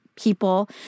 people